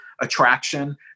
attraction